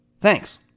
thanks